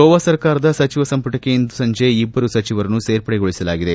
ಗೋವಾ ಸರ್ಕಾರದ ಸಚಿವ ಸಂಪುಟಕ್ಕೆ ಇಂದು ಸಂಜೆ ಇಬ್ಬರು ಸಚಿವರನ್ನು ಸೇರ್ಪಡೆಗೊಳಿಸಲಾಗಿದೆ